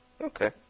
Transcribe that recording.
Okay